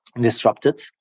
disrupted